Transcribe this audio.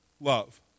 love